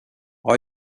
all